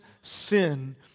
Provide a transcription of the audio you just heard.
sin